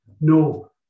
No